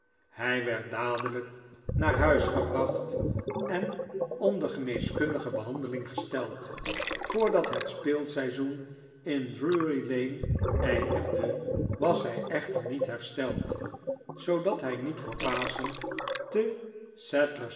hij werd dadelijk naar huis gebracht en onder geneeskundige behandeling gesteld voordat het speelseizoen in drury-lane eindigde was hij echter niet hersteld zoodat hij niet voor paschen te